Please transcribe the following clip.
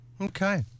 okay